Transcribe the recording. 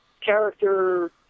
character